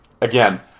again